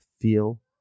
Feel